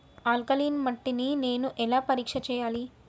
Alkaline మట్టి ని నేను ఎలా పరీక్ష చేయాలి?